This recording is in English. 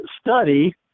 study